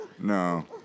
No